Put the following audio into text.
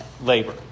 labor